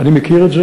חבר הכנסת כהן,